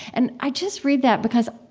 and i just read that because,